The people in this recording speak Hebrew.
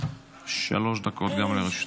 שלוש דקות גם לרשותך.